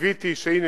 קיוויתי שהנה,